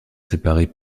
séparées